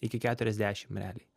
iki keturiasdešimt realiai